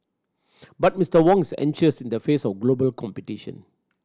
but Mister Wong's anxious in the face of global competition